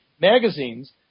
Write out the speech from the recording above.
magazines